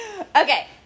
Okay